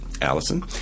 Allison